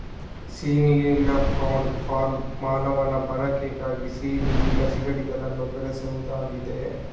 ಸಿಹಿ ನೀರಿನ prawn farm ಮಾನವನ ಬಳಕೆಗಾಗಿ ಸಿಹಿ ನೀರಿನ ಸೀಗಡಿಗಳನ್ನ ಬೆಳೆಸುದಾಗಿದೆ